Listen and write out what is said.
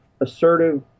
assertive –